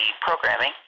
programming